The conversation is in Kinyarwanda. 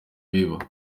biba